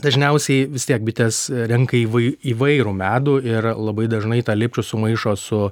dažniausiai vis tiek bitės renka įvai įvairų medų ir labai dažnai tą lipčių sumaišo su